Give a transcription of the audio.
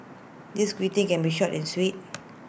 this greeting can be short and sweet